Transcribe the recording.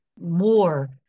more